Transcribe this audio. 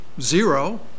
zero